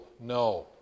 No